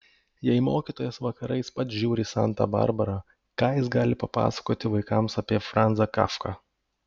jei mokytojas vakarais pats žiūri santą barbarą ką jis gali papasakoti vaikams apie franzą kafką